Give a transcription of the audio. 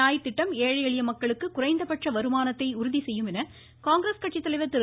நியாய் திட்டம் ஏழை எளிய மக்களுக்கு குறைந்தபட்ச வருமானத்தை உறுதி செய்யும் என காங்கிரஸ் கட்சி தலைவர் திரு